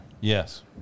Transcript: Yes